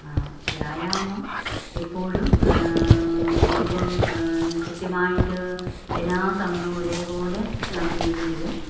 വ്യായാമം എപ്പോഴും ഇനിയിപ്പം കൃത്യമായിട്ട് എല്ലാ സമയമോ ഒരേപോലെ നടത്തിയില്ലെങ്കിലും